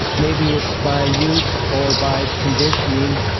maybe it's by youth or by conditioning,